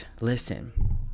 listen